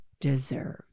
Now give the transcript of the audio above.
deserve